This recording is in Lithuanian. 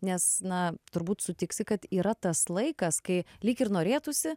nes na turbūt sutiksi kad yra tas laikas kai lyg ir norėtųsi